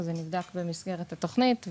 זה נבדק במסגרת התוכנית,